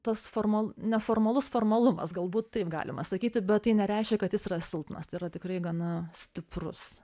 tas formal neformalus formalumas galbūt taip galima sakyti bet tai nereiškia kad jis yra silpnas tai yra tikrai gana stiprus